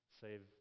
save